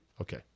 Okay